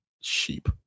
sheep